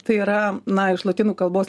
tai yra na iš lotynų kalbos